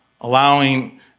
allowing